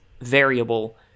variable